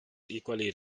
equally